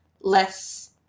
less